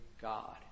God